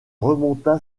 remonta